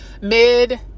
mid